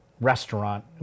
restaurant